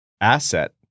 asset